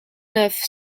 neuf